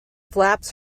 flaps